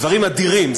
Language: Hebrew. דברים אדירים.